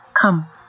Come